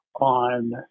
on